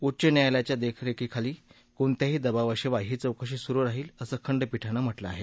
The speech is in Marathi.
उच्च न्यायालयाच्या देखरेखीखाली कोणत्याही दबावाशिवाय ही चोकशी सुरू राहील असंही खंडपीठानं म्हटलं आहे